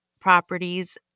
properties